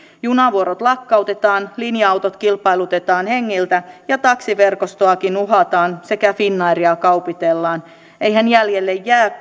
junavuorot lakkautetaan linja autot kilpailutetaan hengiltä ja taksiverkostoakin uhataan sekä finnairia kaupitellaan eihän jäljelle jää